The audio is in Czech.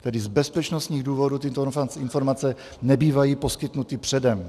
Tedy z bezpečnostních důvodů tyto informace nebývají poskytnuty předem.